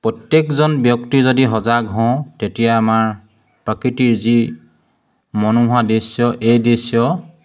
প্ৰত্যেকজন ব্যক্তি যদি সজাগ হওঁ তেতিয়া আমাৰ প্ৰাকৃতিৰ যি মনোহোৱা দৃশ্য এই দৃশ্য